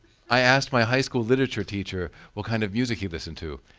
i asked my high school literature teacher what kind of music he listened to.